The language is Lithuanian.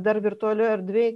dar virtualioj erdvėj